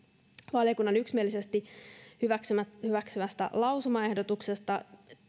valiokunnan yksimielisesti hyväksymästä hyväksymästä lausumaehdotuksesta